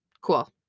Cool